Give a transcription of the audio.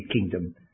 kingdom